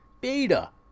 beta